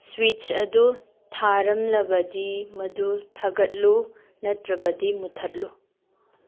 switch ꯑꯗꯨ ꯊꯥꯔꯝꯂꯕꯗꯤ ꯃꯗꯨ ꯊꯥꯒꯠꯂꯨ ꯅꯠꯇ꯭ꯔꯕꯗꯤ ꯃꯨꯊꯠꯂꯨ